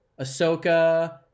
Ahsoka